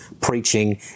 preaching